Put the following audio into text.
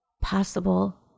possible